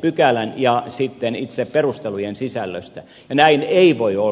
pykälän ja sitten itse perustelujen sisällöstä ja näin ei voi olla